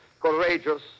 courageous